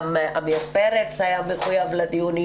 גם עמיר פרץ היה מחויב לדיונים.